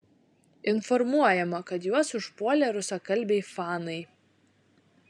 informuojama kad juos užpuolė rusakalbiai fanai